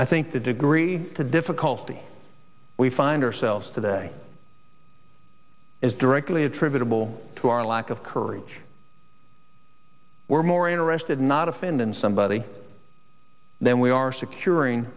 i think the degree to difficulty we find ourselves today is directly attributable to our lack of courage we're more interested not offend and somebody than we are securing